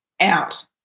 out